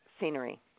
scenery